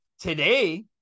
today